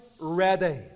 ready